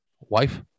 Wife